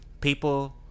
People